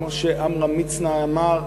כמו שעמרם מצנע אמר,